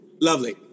Lovely